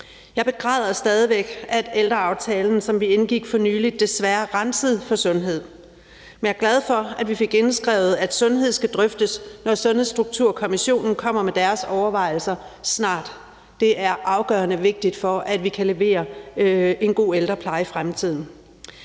Jeg begræder stadig væk, at ældreaftalen, som vi indgik for nylig, desværre er renset for alt, hvad der handler om sundhed. Men jeg er glad for, at vi fik indskrevet, at sundhed skal drøftes, når Sundhedsstrukturkommissionen snart kommer med deres overvejelser. Det er afgørende vigtigt for, at vi kan levere en god ældrepleje i fremtiden.